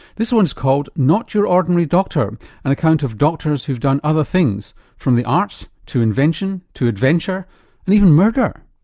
this one's called not your ordinary doctor an account of doctors who've done other things from the arts, to invention, to adventure and even murder.